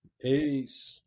Peace